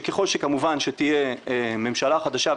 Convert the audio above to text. שככל שכמובן שתהיה ממשלה חדשה,